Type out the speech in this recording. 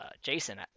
Jason